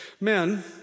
Men